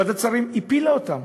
ועדת השרים הפילה אותם.